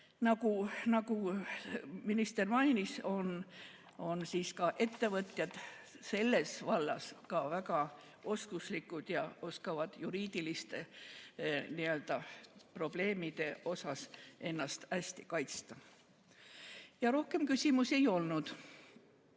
nagu minister mainis, on ka ettevõtjad selles vallas väga oskuslikud ja oskavad juriidiliste probleemide puhul ennast hästi kaitsta. Rohkem küsimusi ei olnud.